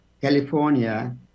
California